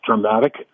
dramatic